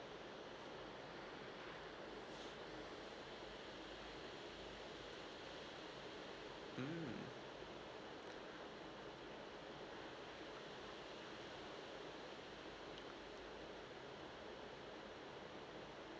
mm